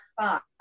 spot